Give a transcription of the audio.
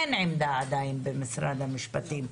עדיין אין עמדה במשרד המשפטים.